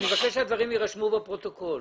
אני רוצה שהדברים יירשמו בפרוטוקול.